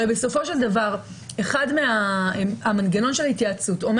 הרי בסופו של דבר המנגנון של ההתייעצות אומר